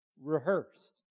rehearsed